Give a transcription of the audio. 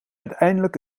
uiteindelijk